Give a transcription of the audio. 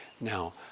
Now